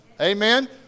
Amen